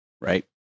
Right